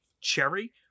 cherry